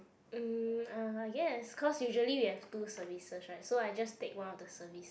mm uh I guess cause usually we have two services right so I just take one of the service